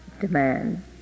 demand